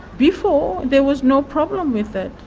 before, there was no problem with it,